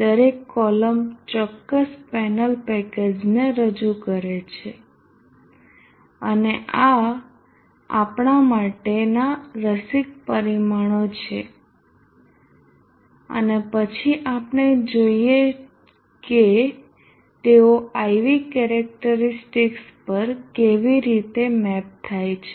દરેક કોલમ ચોક્કસ પેનલ પેકેજને રજૂ કરે છે અને આ આપણા માટેના રસિક પરિમાણો છે અને પછી આપણે જોઈએ કે તેઓ IV કેરેક્ટરીસ્ટિકસ પર કેવી રીતે મેપ થાય છે